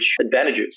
advantages